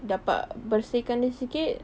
dapat bersihkan dia sikit